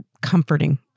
comforting